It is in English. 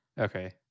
okay